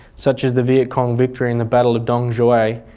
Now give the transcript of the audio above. such as the viet cong victory in the battle of dong xoai,